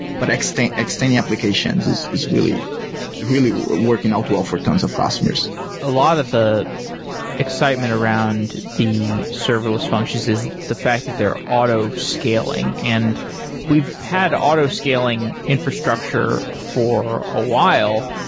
but extending extending applications is is really working working out well for tons of customers a lot of the excitement around the serverless functions is the fact that they're auto-scaling. and we've had auto-scaling infrastructure for a while,